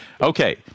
Okay